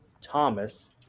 Thomas